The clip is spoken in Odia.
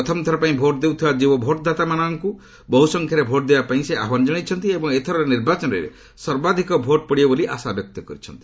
ପ୍ରଥମଥର ପାଇଁ ଭୋଟ ଦେଉଥିବା ଯୁବ ଭୋଟଦାତାମାନେ ବହୁ ସଂଖ୍ୟାରେ ଭୋଟ ଦେବା ପାଇଁ ସେ ଆହ୍ୱାନ ଜଣାଇଛନ୍ତି ଏବଂ ଏଥରର ନିର୍ବାଚନରେ ସର୍ବାଧିକ ଭୋଟ ପଡିବ ବୋଲି ଆଶାବ୍ୟକ୍ତ କରିଛନ୍ତି